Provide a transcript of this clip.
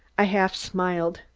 i half smiled.